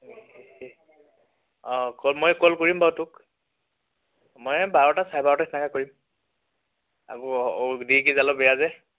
অঁ কল মই কল কৰিম বাৰু তোক মই এই বাৰটা চাৰে বাৰটা কৰিম আকৌ অলপ দেৰিকে যালেও বেয়া যে